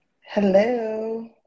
Hello